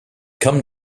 come